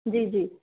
جی جی